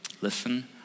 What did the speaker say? Listen